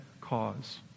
cause